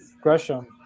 Gresham